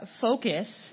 focus